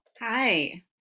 Hi